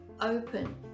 open